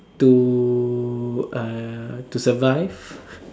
to uh to survive